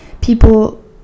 people